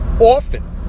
often